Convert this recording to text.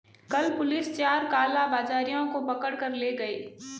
कल पुलिस चार कालाबाजारियों को पकड़ कर ले गए